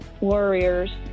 warriors